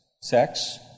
sex